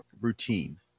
routine